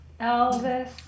Elvis